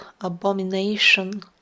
abomination